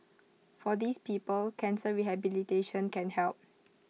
for these people cancer rehabilitation can help